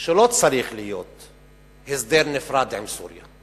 שלא צריך להיות הסדר נפרד עם סוריה.